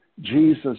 Jesus